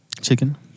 Chicken